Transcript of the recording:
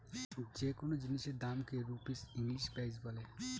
যে কোনো জিনিসের দামকে হ ইংলিশে প্রাইস বলে